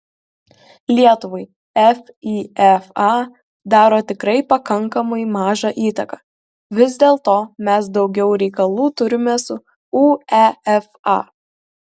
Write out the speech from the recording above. lietuvai fifa daro tikrai pakankamai mažą įtaką vis dėlto mes daugiau reikalų turime su uefa